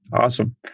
Awesome